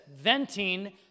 venting